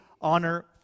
honor